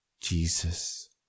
Jesus